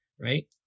right